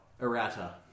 errata